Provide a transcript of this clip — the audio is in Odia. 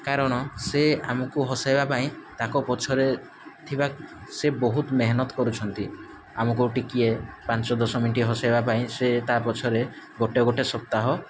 କାରଣ ସେ ଆମକୁ ହସେଇବା ପାଇଁ ତାଙ୍କ ପଛରେ ଥିବା ସେ ବହୁତ ମେହନତ କରୁଛନ୍ତି ଆମକୁ ଟିକିଏ ପାଞ୍ଚ ଦଶ ମିନିଟ୍ ହସେଇବା ପାଇଁ ସେ ତା ପଛରେ ଗୋଟେ ଗୋଟେ ସପ୍ତାହ